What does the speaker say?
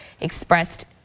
expressed